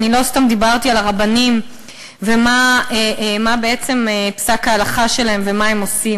לא סתם דיברתי על הרבנים ומה פסק ההלכה שלהם ומה הם עושים.